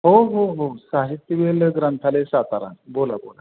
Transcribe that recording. हो हो हो साहित्य वेल ग्रंथालय सातारा बोला बोला